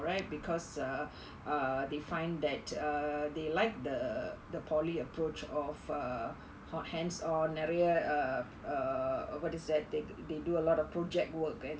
right because err err they find that err they like the the polytechnic approach of err hands on நிறைய:niraiya err err err what is that they they do a lot of project work and